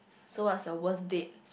so what's your worst date